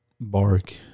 bark